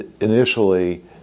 initially